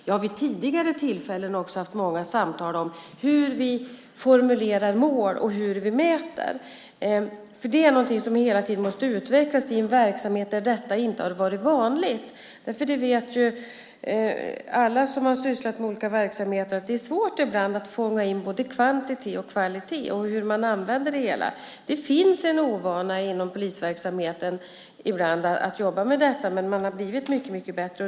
Jag har vid tidigare tillfällen också haft många samtal om hur vi formulerar mål och hur vi mäter. Det är något som hela tiden måste utvecklas i en verksamhet där detta inte har varit vanligt. Alla som har sysslat med olika verksamheter vet ju att det ibland är svårt att fånga in både kvantitet och kvalitet och hur man använder det hela. Det finns ibland en ovana vid att jobba med detta i polisverksamheten, men man har blivit mycket bättre.